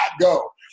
go